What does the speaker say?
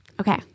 Okay